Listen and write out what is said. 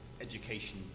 education